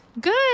Good